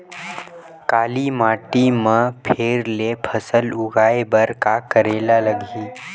काली माटी म फेर ले फसल उगाए बर का करेला लगही?